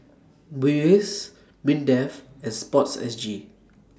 Muis Mindefand Sport S G